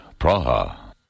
Praha